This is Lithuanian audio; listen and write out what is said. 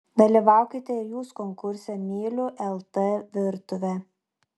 dalyvaukite ir jūs konkurse myliu lt virtuvę